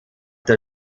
der